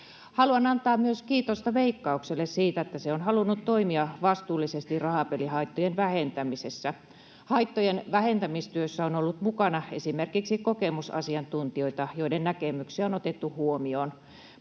Haluan antaa myös kiitosta Veikkaukselle siitä, että se on halunnut toimia vastuullisesti rahapelihaittojen vähentämisessä. Haittojen vähentämistyössä on ollut mukana esimerkiksi kokemusasiantuntijoita, joiden näkemyksiä on otettu huomioon.